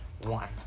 one